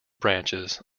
branches